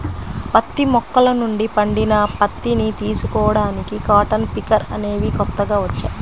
పత్తి మొక్కల నుండి పండిన పత్తిని తీసుకోడానికి కాటన్ పికర్ అనేవి కొత్తగా వచ్చాయి